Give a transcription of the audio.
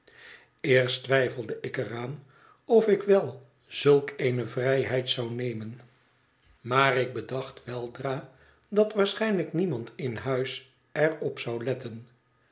eerst twijfelde ik er aan of ik wel zulk eene vrijheid zou nemen maar ik bedacht weldra dat waarschijnlijk niemand in huis er op zou letten